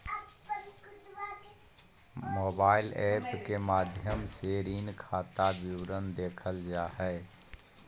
mobile app के माध्यम से ऋण खाता विवरण देखल जा हय